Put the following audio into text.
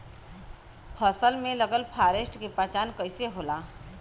फसल में लगल फारेस्ट के पहचान कइसे होला?